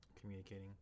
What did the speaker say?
communicating